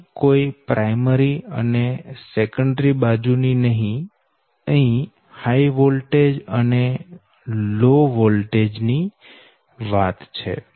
અહી કોઈ પ્રાયમરી અને સેકન્ડરી બાજુ ની નહીં અહી હાય વોલ્ટેજ અને લો વોલ્ટેજ ની વાત છે